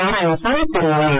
நாராயணசாமி கூறியுள்ளார்